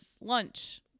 lunch